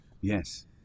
yes